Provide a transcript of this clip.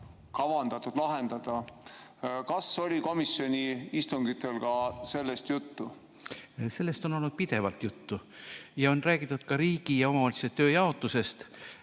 kavandatud lahendada. Kas komisjoni istungitel oli ka sellest juttu? Sellest on olnud pidevalt juttu, on räägitud ka riigi ja omavalitsuste tööjaotusest.